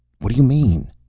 what do you mean?